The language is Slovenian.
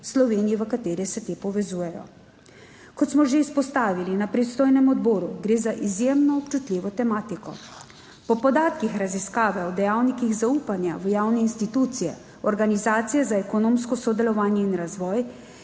Sloveniji, v kateri se te povezujejo. Kot smo že izpostavili na pristojnem odboru, gre za izjemno občutljivo tematiko. Po podatkih Raziskave o dejavnikih zaupanja v javne institucije Organizacije za ekonomsko sodelovanje in razvoj